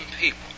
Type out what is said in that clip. people